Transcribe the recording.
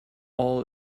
all